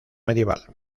medieval